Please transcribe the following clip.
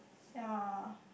ye